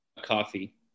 coffee